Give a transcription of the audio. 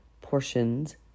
portions